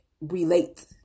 relate